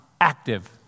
active